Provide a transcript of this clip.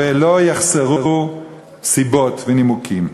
ולא יחסרו סיבות ונימוקים.